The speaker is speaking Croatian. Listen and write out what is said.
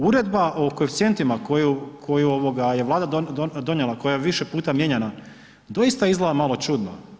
Uredba o koeficijentima koju je Vlada donijela, koja je više puta mijenjana, doista izgleda malo čudno.